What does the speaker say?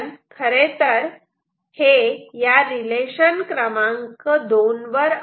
कारण खरेतर हे या रिलेशन क्रमांक दोन relation no